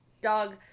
dog